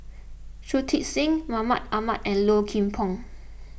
Shui Tit Sing Mahmud Ahmad and Low Kim Pong